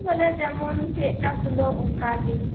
ᱦᱮᱸ ᱵᱚᱞᱮ ᱡᱮᱢᱚᱱ ᱪᱮᱫᱠᱟ ᱠᱩᱞᱟᱹᱜ ᱚᱱᱠᱟᱜᱮ